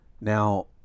Now